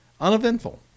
Uneventful